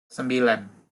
sembilan